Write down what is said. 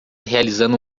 realizando